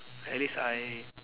at least I